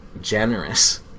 generous